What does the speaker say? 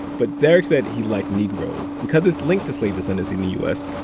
but darrick said he liked negro because it's linked to slave descendants in the u s.